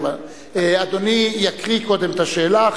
אדוני יקריא קודם את השאלה.